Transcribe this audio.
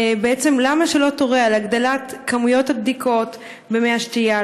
בעצם למה שלא תורה על הגדלת מספר הבדיקות של מי השתייה,